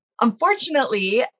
Unfortunately